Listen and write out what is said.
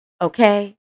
Okay